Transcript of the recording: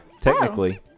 technically